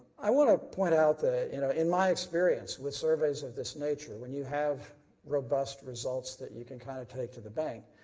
i want to point out, in ah in my experience with surveys of this nature, when you have robust results that you can kind of take to the bank,